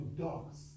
dogs